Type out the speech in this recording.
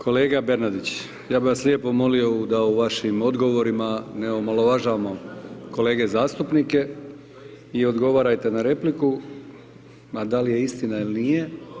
Kolega Bernardić, ja bi vas lijepo molio da u vašim odgovorima ne omalovažavamo kolege zastupnike i odgovarajte na repliku ma da li je istina ili nije.